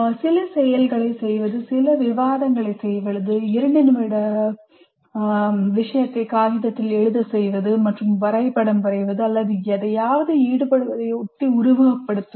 சில செயல்களைச் செய்வது சில விவாதங்களைச் செய்வது 2 நிமிட காகிதம் எழுதுவது அல்லது வரைபடம் வரைவது அல்லது எதையாவது ஈடுபடுவதை ஒட்டி உருவகப்படுத்துவது